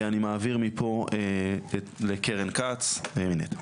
אני מעביר מפה לקרן כץ מנת"ע.